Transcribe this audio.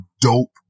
dope